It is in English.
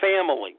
family